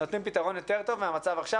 נותנים פתרון יותר טוב מהמצב עכשיו,